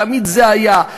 תמיד זה היה,